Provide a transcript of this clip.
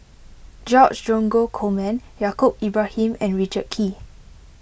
George Dromgold Coleman Yaacob Ibrahim and Richard Kee